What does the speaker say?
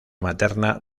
materna